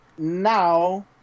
Now